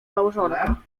małżonka